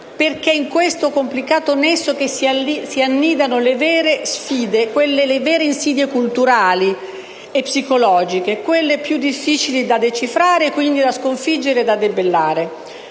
perché è in esso che si annidano le vere sfide, le vere insidie culturali e psicologiche, quelle più difficili da decifrare e quindi da sconfiggere, da debellare.